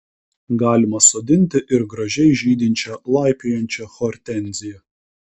galima sodinti ir gražiai žydinčią laipiojančią hortenziją